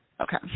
Okay